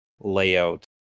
layout